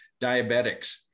diabetics